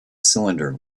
cylinder